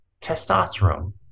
testosterone